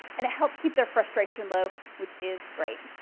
and it helps keep their frustration low, which is great.